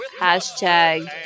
hashtag